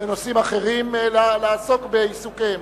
בנושאים אחרים לעסוק בעיסוקיהם.